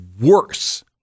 worse